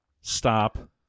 stop